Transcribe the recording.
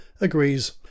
agrees